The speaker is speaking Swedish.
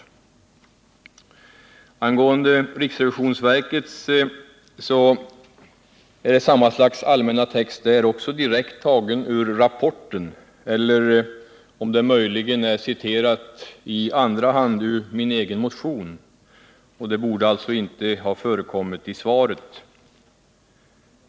Samma slags allmänna text är det om riksrevisionsverket, direkt tagen ur rapporten eller möjligen citerat i andra hand ur min egen motion. Något sådant borde alltså inte ha förekommit i svaret.